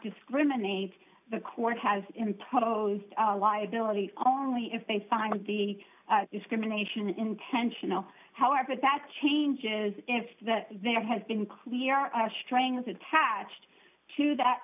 discriminate the court has imposed a liability only if they find the discrimination an intentional however that changes if that there has been clear as training is attached to that